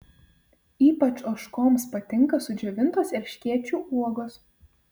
ypač ožkoms patinka sudžiovintos erškėčių uogos